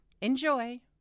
Enjoy